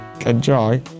enjoy